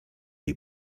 jej